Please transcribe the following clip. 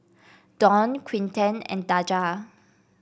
Dawne Quinten and Daja